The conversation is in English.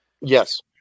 Yes